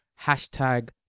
Hashtag